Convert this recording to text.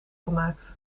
gemaakt